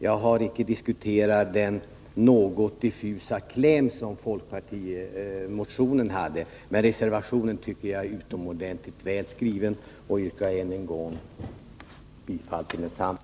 Jag har inte diskuterat den något Minskat krångel diffusa kläm som folkpartimotionen har. Men reservationen tycker jag är för företagare utomordentligt väl skriven, och jag yrkar än en gång bifall till densamma.